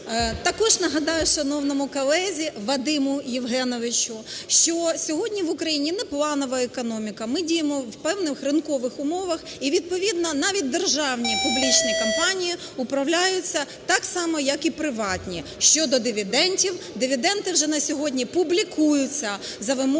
Також нагадаю шановному колезі Вадиму Євгеновичу, що сьогодні в Україні не планова економіка, ми діємо в певних ринкових умовах, і відповідно навіть державні публічні компанії управляються так само, як і приватні. Щодо дивідендів, дивіденди вже на сьогодні публікуються за вимогами